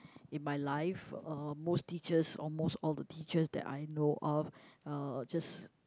in my life uh most teachers almost all the teachers that I know of uh just